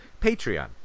Patreon